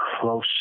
close